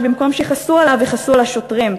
שבמקום שיכעסו עליו יכעסו על השוטרים,